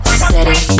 steady